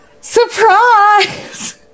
Surprise